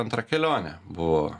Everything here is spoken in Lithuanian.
antra kelionė buvo